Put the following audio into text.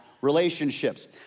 Relationships